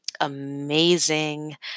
amazing